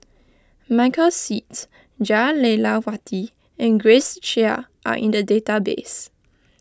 Michael Seet Jah Lelawati and Grace Chia are in the database